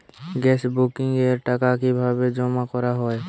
Gas বুকিংয়ের টাকা কিভাবে জমা করা হয়?